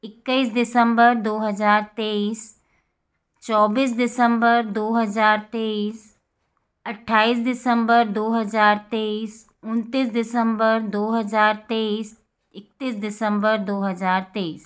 इक्कीस दिसम्बर दो हज़ार तेईस चौबीस दिसम्बर दो हज़ार तेईस अट्ठाईस दिसम्बर दो हज़ार तेईस उनतीस दिसम्बर दो हज़ार तेईस एकतीस दिसम्बर दो हज़ार तेईस